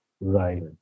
Right